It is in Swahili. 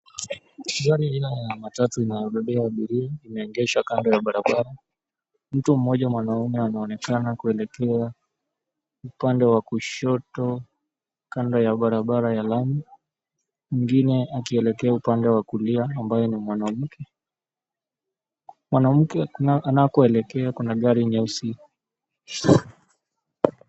Njia Ile Ina matatu inayoyobebea abiria imeegeshwa kando ya barabara .Mtu mmoja mwanaume anaonekana kuelekea upande wa kushoto kando ya barabara ya lami mwingine akielekea upande wa kulia ambaye ni mwanamke . Mwanamke anakoelekea kuna gari nyeusi.